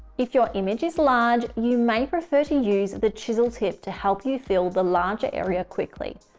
if your image is large, you may prefer to use the chisel tip to help you fill the larger area quickly.